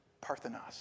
Parthenos